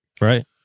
Right